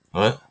what